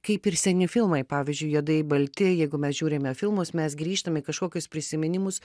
kaip ir seni filmai pavyzdžiui juodai balti jeigu mes žiūrime filmus mes grįžtam į kažkokius prisiminimus